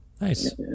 Nice